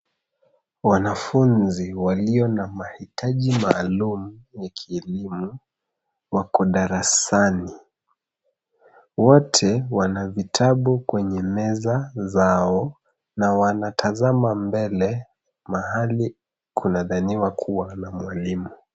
Wanafunzi walio na mahitaji maalum ya kielimu wako darasani . Wote wana vitabu kwenye meza zao na wanatazama mbele mahali kunadhaniwa kuwa na mwalimu.